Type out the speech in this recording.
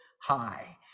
high